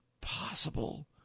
possible